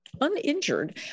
uninjured